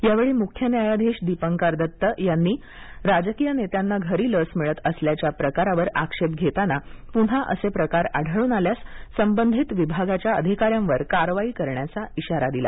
यावेळी मुख्य न्यायाधीश दीपांकर दत्त यांनी राजकीय नेत्यांना घरी लस मिळत असल्याच्या प्रकारावर आक्षेप घेताना पुन्हा असे आढळून आल्यास संबंधित विभागाच्या अधिकाऱ्यांवर कारवाई करण्याचा इशारा दिला